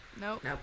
Nope